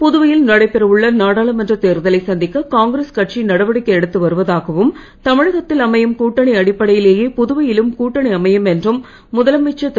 புதுவையில் நடைபெற உற்ற நாடாளுமன்ற தேர்தலை சந்திக்க காங்கிரஸ் கட்சி நடவடிக்கை எடுத்து வருவதாகவும் தமிழகத்தில் அமையும் கூட்டணி அடிப்படையிலேயே புதுவையிலும் கூட்டணி அமையும் என்றும் முதலமைச்சர் திரு